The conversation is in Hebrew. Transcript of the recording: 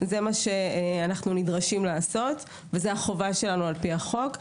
זה מה שאנחנו נדרשים לעשות וזה החובה שלנו על פי החוק.